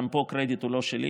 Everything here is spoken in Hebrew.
גם פה הקרדיט הוא לא שלי,